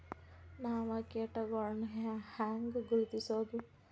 ನಾವ್ ಕೇಟಗೊಳ್ನ ಹ್ಯಾಂಗ್ ಗುರುತಿಸೋದು?